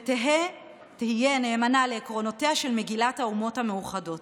ותהיה נאמנה לעקרונותיה של מגילת האומות המאוחדות".